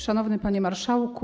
Szanowny Panie Marszałku!